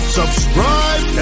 subscribe